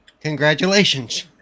Congratulations